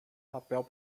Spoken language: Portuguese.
papel